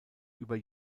über